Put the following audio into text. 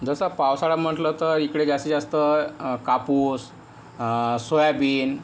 जसा पावसाळा म्हटलं तर इकडे जास्तीत जास्त कापूस सोयाबीन